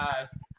ask